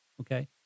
Okay